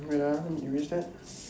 wait ah let me erase that